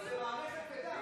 שלישית?